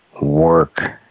work